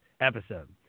episode